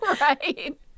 Right